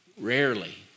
Rarely